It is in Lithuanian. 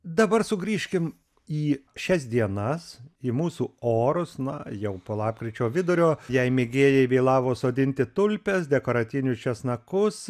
dabar sugrįžkim į šias dienas į mūsų orus na jau po lapkričio vidurio jei mėgėjai vėlavo sodinti tulpes dekoratyvinius česnakus